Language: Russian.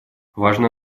важно